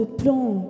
plans